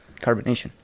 Carbonation